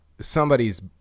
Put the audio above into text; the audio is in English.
somebody's